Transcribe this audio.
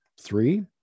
three